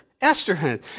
Esther